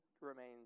remains